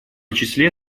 числе